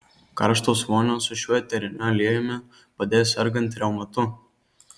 karštos vonios su šiuo eteriniu aliejumi padės sergant reumatu